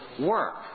work